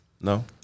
no